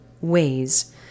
ways